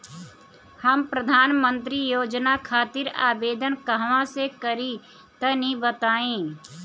हम प्रधनमंत्री योजना खातिर आवेदन कहवा से करि तनि बताईं?